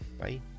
Bye